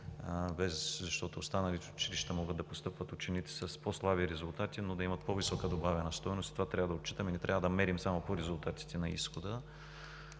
защото в останалите училища могат да постъпват ученици с по-слаби резултати, но да имат по-висока добавена стойност, това трябва да отчитаме, не трябва да мерим само по резултатите на изхода